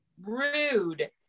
Rude